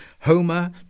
Homer